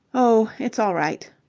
oh. it's all right.